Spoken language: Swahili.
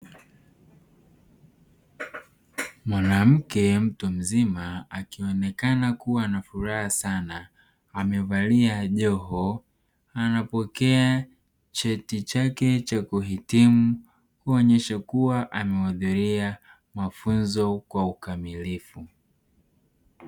Mwanamke mtu mzima akionekana kuwa na furaha sana, amevalia joho. Anapokea cheti chake cha kuhitimu kuonyesha kuwa amehudhuria mafunzo kwa ukamilifu.